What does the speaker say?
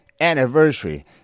anniversary